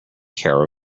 care